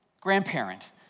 grandparent